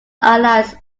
alias